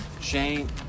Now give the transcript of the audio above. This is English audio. Shane